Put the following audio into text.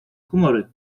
humory